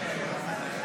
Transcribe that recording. נתקבלה.